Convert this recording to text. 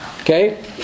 Okay